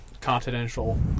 continental